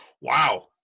Wow